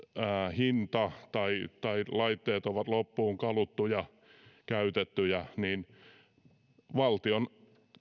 hinta tai tai laitteet ovat loppuun kaluttuja käytettyjä valtion